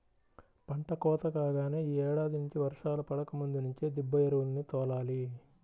పంట కోత కాగానే యీ ఏడాది నుంచి వర్షాలు పడకముందు నుంచే దిబ్బ ఎరువుల్ని తోలాలి